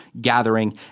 gathering